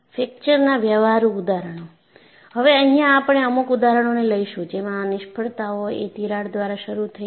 fracture ના વ્યવહારુ ઉદાહરણો હવે અહિયાં આપણે અમુક ઉદાહરણોને લઈશું જેમાં નિષ્ફળતાઓ એ તિરાડ દ્વારા શરૂ થઈ છે